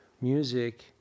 music